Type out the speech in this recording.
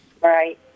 right